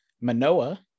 Manoa